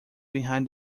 behind